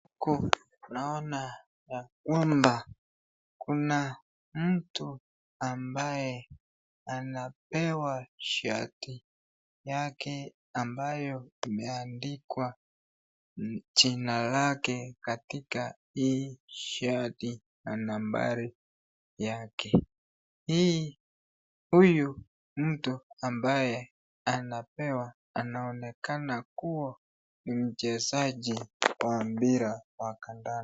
Huku naona ya kwamba kuna mtu ambaye anapewa shati yake ambayo imeandikwa jina lake, katika hii shati na nambari yake. Huyu mtu ambaye anapewa, anaonekana kuwa ni mchezaji wa mpira wa kandanda.